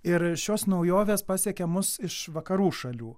ir šios naujovės pasiekė mus iš vakarų šalių